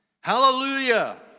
Hallelujah